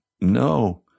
No